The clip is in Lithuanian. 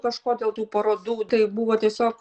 kažkuo dėl tų parodų tai buvo tiesiog